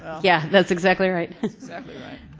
yeah. that's exactly right. that's exactly right.